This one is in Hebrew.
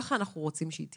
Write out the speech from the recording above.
ככה אנחנו רוצים שהיא תהיה,